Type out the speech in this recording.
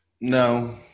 No